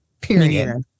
Period